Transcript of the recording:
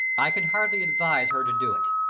i can hardly advise her to do it.